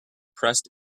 pressed